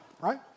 right